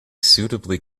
suitably